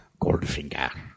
Goldfinger